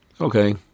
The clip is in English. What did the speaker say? Okay